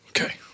Okay